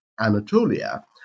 Anatolia